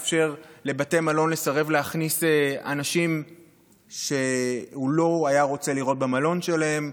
לבתי מלון לסרב להכניס אנשים שהוא לא היה רוצה לראות במלון שלהם.